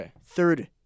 third